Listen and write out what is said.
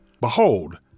Behold